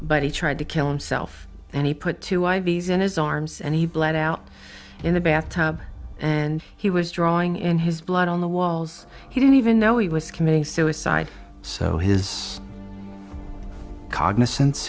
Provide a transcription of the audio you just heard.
but he tried to kill himself and he put two ivy's in his arms and he bled out in the bath tub and he was drawing in his blood on the walls he didn't even know he was committing suicide so his cognisance